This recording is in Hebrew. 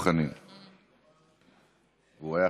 חברי הכנסת, היום בוועדת העבודה והרווחה